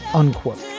unquote.